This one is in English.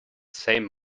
same